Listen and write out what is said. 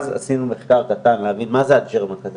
אז עשינו מחקר קטן כדי להבין מה זה הג'רמק הזה,